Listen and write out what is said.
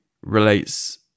relates